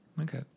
Okay